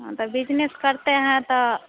हाँ ता बिजनेस करते हैं तो